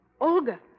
Olga